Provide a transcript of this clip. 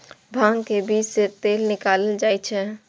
भांग के बीज सं तेल निकालल जाइ छै